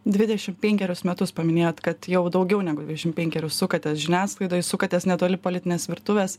dvidešim penkerius metus paminėjot kad jau daugiau negu dvidešim penkerius sukatės žiniasklaidoj sukatės netoli politinės virtuvės